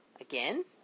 Again